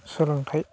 सोलोंथाइ